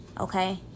okay